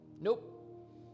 Nope